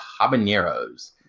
habaneros